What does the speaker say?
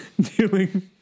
Dealing